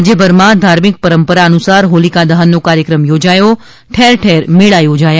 રાજ્યભરમાં ધાર્મિક પરંપરા અનુસાર હોલિકા દહનનો કાર્થક્રમ યોજાયો ઠેરઠેર મેળા યોજાયા